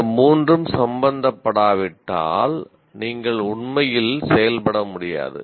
இந்த மூன்றும் சம்பந்தப்படாவிட்டால் நீங்கள் உண்மையில் செயல்பட முடியாது